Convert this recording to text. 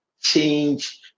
change